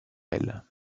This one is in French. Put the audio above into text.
elle